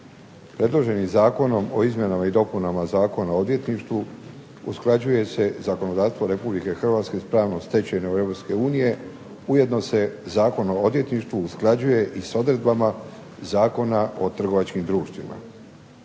Predloženim Zakonom o izmjenama i dopunama Zakona o odvjetništvu usklađuje se zakonodavstvo Republike Hrvatske s pravnom stečevinom Europske unije. Ujedno se Zakon o odvjetništvu usklađuje i sa odredbama Zakona o trgovačkim društvima.